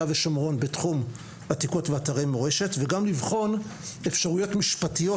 ושומרון בתחום עתיקות ואתרי מורשת וגם לבחון אפשרויות משפטיות